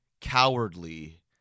cowardly